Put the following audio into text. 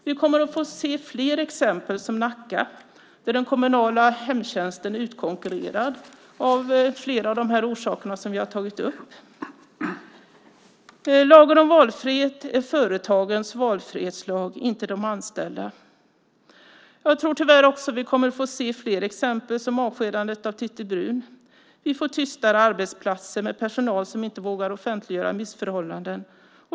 Vi kommer att få se fler exempel som Nacka, där den kommunala hemtjänsten är utkonkurrerad av flera av de orsaker som jag har tagit upp. Lagen om valfrihet är företagens valfrihetslag, inte de anställdas. Jag tror tyvärr också att vi kommer att få se flera exempel som avskedandet av Titti Bruun. Vi får tystare arbetsplatser med personal som inte vågar offentliggöra missförhållanden.